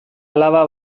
alaba